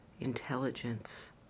intelligence